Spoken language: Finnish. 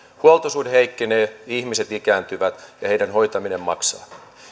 huoltosuhde heikkenee ihmiset ikääntyvät ja heidän hoitaminen maksaa